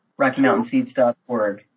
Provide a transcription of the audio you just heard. rockymountainseeds.org